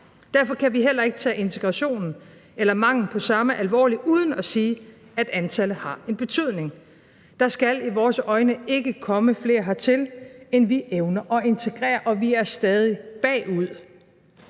Derfor kan vi heller ikke tage integrationen eller mangelen på samme alvorligt uden at sige, at antallet har en betydning. Der skal i vores øjne ikke komme flere hertil, end vi evner at integrere, og vi er stadig bagud